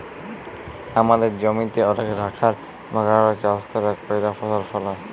আমাদের জমিতে অলেক রাখাল বাগালরা চাষ ক্যইরে ফসল ফলায়